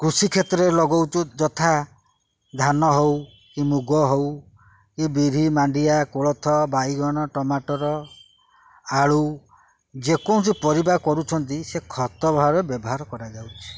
କୃଷି କ୍ଷେତ୍ରରେ ଲଗାଉଛୁ ଯଥା ଧାନ ହଉ କି ମୁଗ ହଉ କି ବିରି ମାଣ୍ଡିଆ କୋଳଥ ବାଇଗଣ ଟମାଟୋ ଆଳୁ ଯେକୌଣସି ପରିବା କରୁଛନ୍ତି ସେ ଖତ ଭାବରେ ବ୍ୟବହାର କରାଯାଉଛି